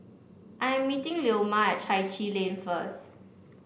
I am meeting Leoma at Chai Chee Lane first